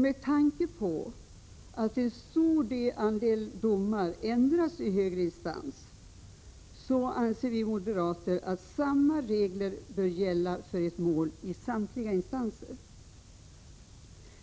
Med tanke på att en stor andel domar ändras i högre instans anser vi moderater att samma regler bör gälla för mål i samtliga instanser.